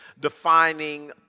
defining